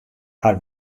har